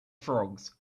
frogs